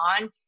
on